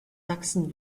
sachsen